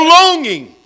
longing